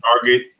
Target